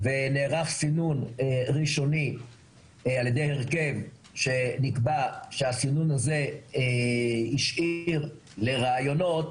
ונערך סינון ראשוני על ידי הרכב שנקבע שהסינון הזה השאיר לראיונות